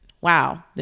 wow